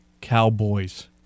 Cowboys